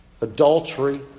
adultery